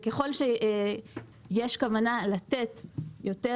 ככל שיש כוונה לתת יותר